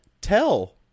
tell